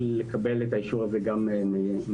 לקבל את האישור הזה גם מאיתנו.